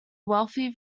wealthy